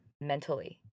mentally